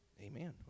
amen